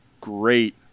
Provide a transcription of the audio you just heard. great